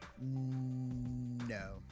no